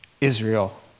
Israel